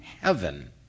heaven